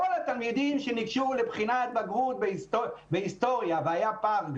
כלומר כל התלמידים שניגשו לבחינת בגרות בהיסטוריה והיה פער גדול,